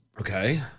Okay